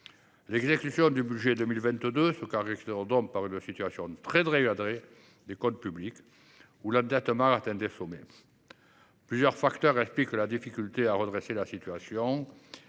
L’exécution du budget 2022 se caractérise donc par une situation très dégradée des comptes publics, où l’endettement atteint des sommets. Plusieurs facteurs expliquent la difficulté à redresser la situation.